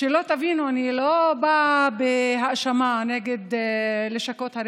שלא תבינו, אני לא באה בהאשמה נגד לשכות הרווחה.